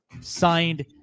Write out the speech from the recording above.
signed